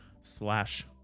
slash